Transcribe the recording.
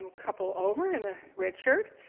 um couple over in the red shirt,